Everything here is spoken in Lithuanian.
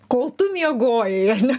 kol tu miegojai ar ne